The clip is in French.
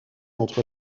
entre